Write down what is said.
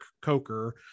Coker